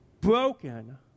broken